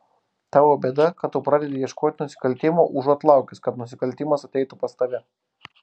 tavo bėda kad tu pradedi ieškoti nusikaltimo užuot laukęs kad nusikaltimas ateitų pas tave